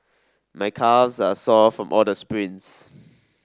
my calves are sore from all the sprints